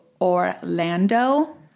Orlando